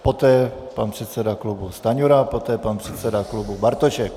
Poté pan předseda klubu Stanjura, poté pan předseda klubu Bartošek.